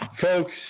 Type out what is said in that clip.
folks